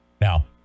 Now